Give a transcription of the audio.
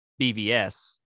BVS